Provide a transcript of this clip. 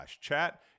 chat